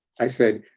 i said,